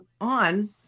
on